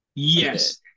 Yes